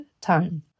time